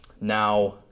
Now